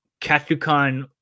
KatsuCon